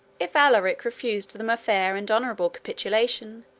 if alaric refused them a fair and honorable capitulation,